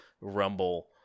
rumble